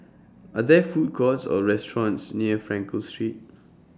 Are There Food Courts Or restaurants near Frankel Street